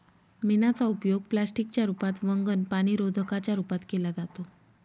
मेणाचा उपयोग प्लास्टिक च्या रूपात, वंगण, पाणीरोधका च्या रूपात केला जातो